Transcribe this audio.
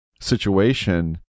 situation